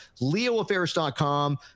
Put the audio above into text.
leoaffairs.com